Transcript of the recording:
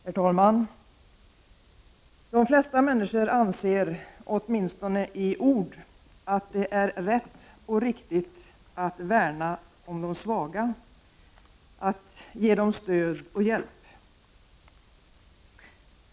Herr talman! De flesta människor anser, åtminstone i ord, att det är rätt och riktigt att värna om de svaga, att ge dem stöd och hjälp.